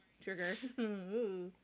trigger